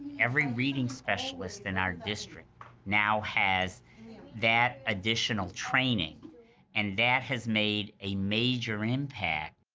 every reading specialist in our district now has that additional training and that has made a major impact.